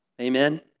Amen